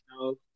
No